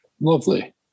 Lovely